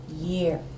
year